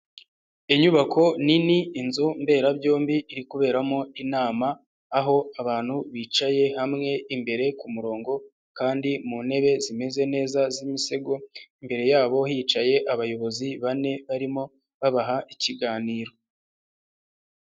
Inyubako nini, inzu mberabyombi iri kuberamo inama, aho abantu bicaye hamwe imbere ku murongo kandi mu ntebe zimeze neza z'imisego, imbere yabo hicaye abayobozi bane, barimo babaha ikiganiro.